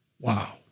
Wow